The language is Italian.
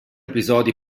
episodi